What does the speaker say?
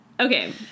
Okay